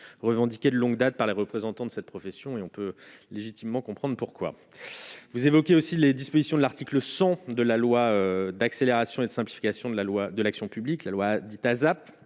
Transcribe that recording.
revendiquée de longue date par les représentants de cette profession, et on peut légitimement comprendre pourquoi vous évoquez aussi les dispositions de l'article 100 de la loi d'accélération et de simplification de la loi de l'action publique, la loi dite ASAP